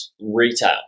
retail